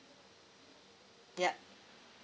yup